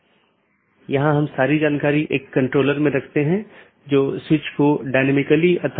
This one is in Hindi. तो IBGP स्पीकर्स की तरह AS के भीतर पूर्ण मेष BGP सत्रों का मानना है कि एक ही AS में साथियों के बीच एक पूर्ण मेष BGP सत्र स्थापित किया गया है